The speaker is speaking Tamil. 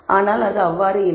ஆனால் அது அவ்வாறு இல்லை